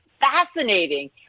fascinating